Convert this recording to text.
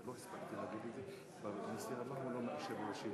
הרווחה והבריאות